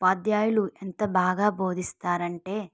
ఉపాధ్యాయులు ఎంత బాగా బోధిస్తారు అంటే